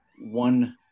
one